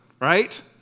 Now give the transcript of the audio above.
Right